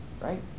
right